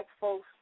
folks